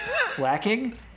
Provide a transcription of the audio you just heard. slacking